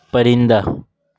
پرندہ